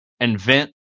Invent